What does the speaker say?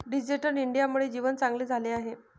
digital इंडियामुळे जीवन चांगले झाले आहे